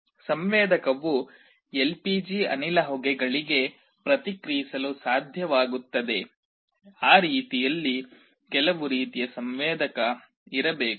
ಸಂವೇದಕವು ಎಲ್ಪಿಜಿ ಅನಿಲ ಹೊಗೆಗಳಿಗೆ ಪ್ರತಿಕ್ರಿಯಿಸಲು ಸಾಧ್ಯವಾಗುತ್ತದೆ ಆ ರೀತಿಯಲ್ಲಿ ಕೆಲವು ರೀತಿಯ ಸಂವೇದಕ ಇರಬೇಕು